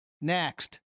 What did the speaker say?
Next